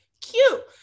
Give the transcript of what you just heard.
cute